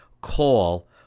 call